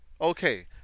Okay